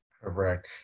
Correct